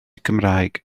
cymraeg